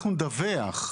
אנחנו נדווח.